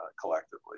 collectively